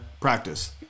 Practice